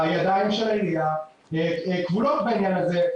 הידיים של העיריה כבולות בעניין הזה.